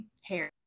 hair